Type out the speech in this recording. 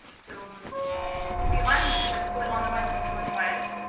so um we run what's called randomized controlled trials.